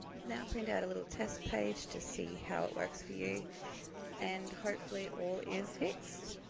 now print out a little test page to see how it works for you and hopefully all is fixed.